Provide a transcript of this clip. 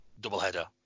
doubleheader